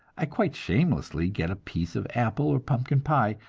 i quite shamelessly get a piece of apple or pumpkin pie,